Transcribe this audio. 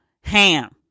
ham